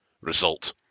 result